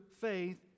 faith